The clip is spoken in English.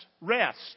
rest